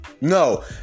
No